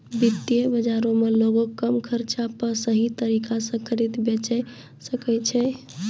वित्त बजारो मे लोगें कम खर्चा पे सही तरिका से खरीदे बेचै सकै छै